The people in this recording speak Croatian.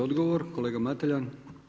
Odgovor, kolega Mateljan.